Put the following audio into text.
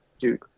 dude